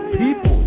people